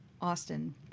Austin